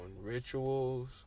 rituals